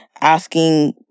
asking